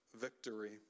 victory